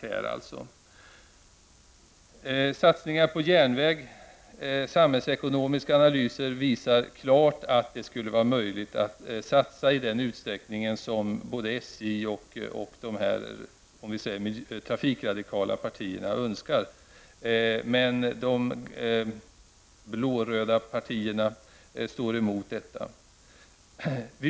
Beträffande satsningar på järnvägen visar samhällsekonomiska analyser klart att det skulle vara möjligt att satsa i den utsträckning som både SJ och de trafikradikala partierna önskar. Men de blå-röda partierna står emot detta.